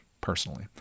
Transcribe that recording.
personally